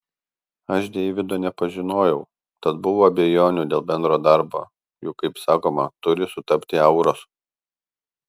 aš deivido nepažinojau tad buvo abejonių dėl bendro darbo juk kaip sakoma turi sutapti auros